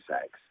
sex